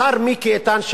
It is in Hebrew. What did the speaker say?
השר מיקי איתן,